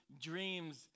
dreams